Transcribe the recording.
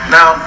Now